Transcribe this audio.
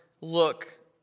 look